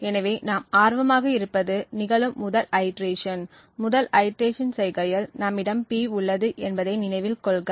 எனவே நாம் ஆர்வமாக இருப்பது நிகழும் முதல் ஐடிரேஷன் முதல் ஐடிரேஷன் செய்கையில் நம்மிடம் P உள்ளது என்பதை நினைவில் கொள்க